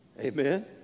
Amen